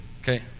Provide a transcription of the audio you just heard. okay